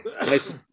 Nice